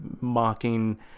mocking